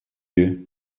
you